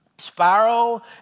Spiral